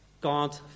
God